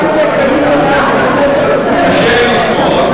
קשה לי לשמוע.